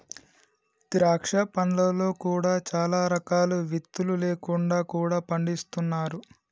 ద్రాక్ష పండ్లలో కూడా చాలా రకాలు విత్తులు లేకుండా కూడా పండిస్తున్నారు